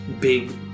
big